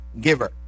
giver